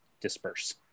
disperse